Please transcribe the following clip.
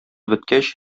беткәч